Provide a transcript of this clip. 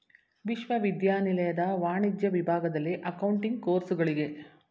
ವಿಶ್ವವಿದ್ಯಾನಿಲಯದ ವಾಣಿಜ್ಯ ವಿಭಾಗದಲ್ಲಿ ಅಕೌಂಟಿಂಗ್ ಕೋರ್ಸುಗಳಿಗೆ